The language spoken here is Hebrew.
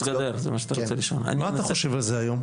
מה אתה חושב על זה היום?